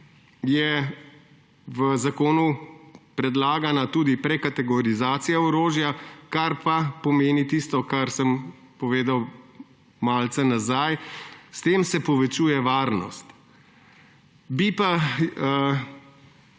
je v zakonu predlagana tudi prekategorizacija orožja, kar pa pomeni tisto, kar sem povedal malce nazaj, s tem se povečuje varnost. Bi pa